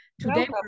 Today